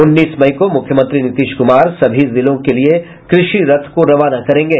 उन्नीस मई को मुख्यमंत्री नीतीश कुमार सभी जिलों के लिए कृषि रथ को रवाना करेंगे